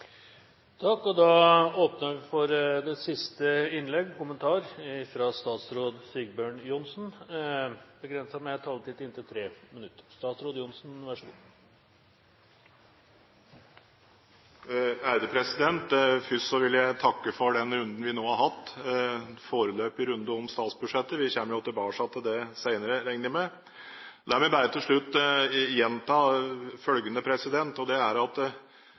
for siste innlegg og kommentar fra statsråd Sigbjørn Johnsen, med en taletid begrenset til 3 minutter. Først vil jeg takke for den runden vi nå har hatt, en foreløpig runde om statsbudsjettet. Vi kommer tilbake til det senere, regner jeg med. La meg bare til slutt gjenta følgende: Verden rundt oss er preget av usikkerhet og utsikter til lav vekst. Arbeidsledigheten internasjonalt har bitt seg fast på et høyt nivå. Det er slik at